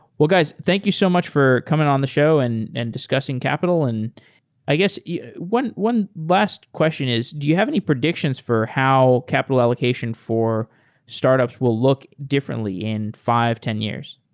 well, guys, thank you so much for coming on the show and and discussing capital. and i guess one one last question is do you have any predications for how capital allocation for startups will look differently in five, ten years?